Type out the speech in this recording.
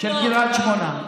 של קריית שמונה.